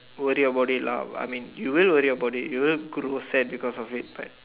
worry about it lah I mean you will worry about it you will grow sad because of it but